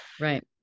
right